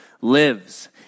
lives